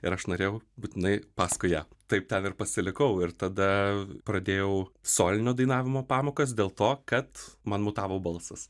ir aš norėjau būtinai paskui ją taip ten ir pasilikau ir tada pradėjau solinio dainavimo pamokas dėl to kad man mutavo balsas